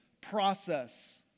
process